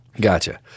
Gotcha